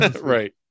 Right